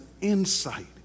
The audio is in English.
insight